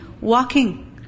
walking